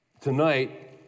Tonight